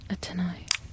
Tonight